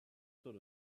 sort